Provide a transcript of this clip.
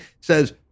says